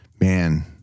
man